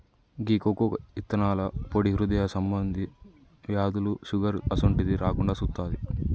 గీ cocoa ఇత్తనాల పొడి హృదయ సంబంధి వ్యాధులు, షుగర్ అసోంటిది రాకుండా సుత్తాది